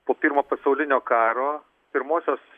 po pirmo pasaulinio karo pirmosios